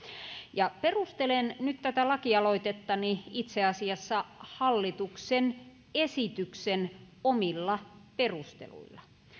perustelen nyt tätä lakialoitettani itse asiassa hallituksen esityksen omilla perusteluilla